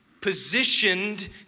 positioned